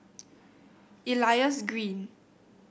Elias Green